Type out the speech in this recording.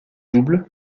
double